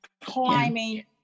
climbing